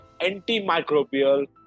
antimicrobial